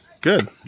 good